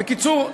בקיצור,